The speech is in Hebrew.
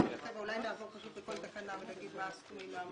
אולי נעבור בכל תקנה ונגיד מה הסכומים האמיתיים.